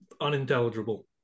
unintelligible